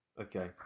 okay